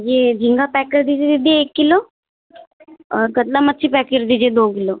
ये झींगा पैक कर दीजिए दीदी एक किलो कतला मच्छी पैक कर दीजिए दो किलो